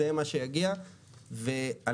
זה מה שיגיע ואנחנו,